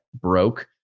broke